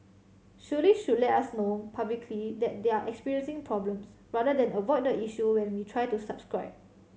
surely should let us know publicly that they're experiencing problems rather than avoid the issue when we try to subscribe